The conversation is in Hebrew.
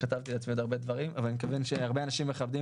כתבתי לעצמי עוד דברים אבל כיוון שהרבה אנשים מכבדים